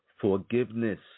Forgiveness